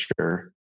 sure